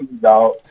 dog